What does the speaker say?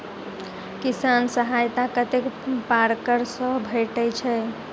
किसान सहायता कतेक पारकर सऽ भेटय छै?